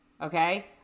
okay